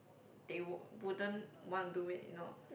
they won't wouldn't want to do it you know